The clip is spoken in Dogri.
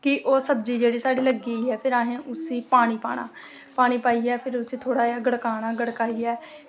कि ओह् सब्जी जेह्ड़ी साढ़ी लग्गी दी ऐ ते फिर असें उस्सी पानी पाना पानी पाइयै फ्ही असें उस्सी थोह्ड़ा गड़काना गड़काइयै